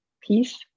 peace